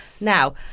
Now